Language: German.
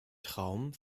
traum